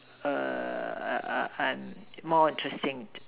a a a a more interesting